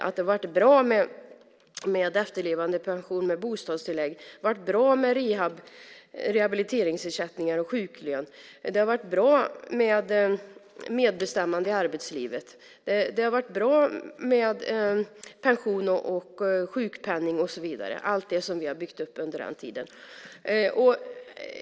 Det har varit bra med efterlevandepension och med bostadstillägg. Det har varit bra med rehabiliteringsersättningar och sjuklön. Det har varit bra med medbestämmande i arbetslivet. Det har varit bra med pension, sjukpenning och så vidare, allt det som vi har byggt upp under den tiden.